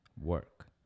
work